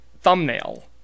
Thumbnail